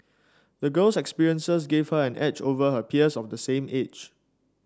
the girl's experiences gave her an edge over her peers of the same age